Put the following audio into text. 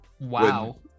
Wow